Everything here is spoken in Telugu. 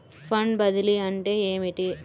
ఫండ్ బదిలీ అంటే ఏమిటి?